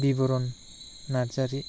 Bibaran Narzary